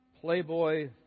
playboy